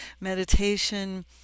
meditation